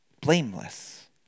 blameless